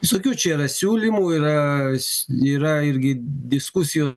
visokių čia yra siūlymų yra s yra irgi diskusijų